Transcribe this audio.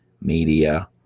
Media